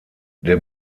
der